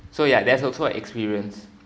so ya that's also a experience